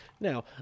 Now